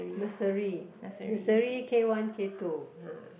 nursery nursery K one K two [huh]